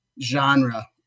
genre